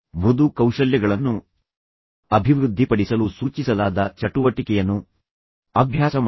ಮೃದು ಕೌಶಲ್ಯಗಳನ್ನು ಅಭಿವೃದ್ಧಿಪಡಿಸಲು ಸೂಚಿಸಲಾದ ಚಟುವಟಿಕೆಯನ್ನು ಅಭ್ಯಾಸ ಮಾಡಿ